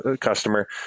customer